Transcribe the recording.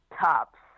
tops